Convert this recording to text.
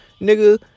Nigga